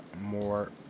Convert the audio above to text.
more